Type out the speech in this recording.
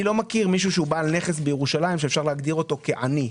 אני לא מכיר מישהו שהוא בעל נכס בירושלים שאפשר להגדיר אותו כעני.